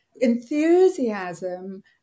enthusiasm